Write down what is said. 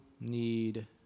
need